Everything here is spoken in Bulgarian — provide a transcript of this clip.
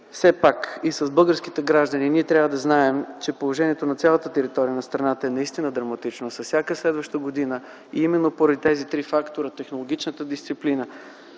с вас и с българските граждани, ние трябва да знаем, че положението на цялата територия на страната е наистина драматично с всяка следваща година и именно поради тези три фактора. Знаете много добре,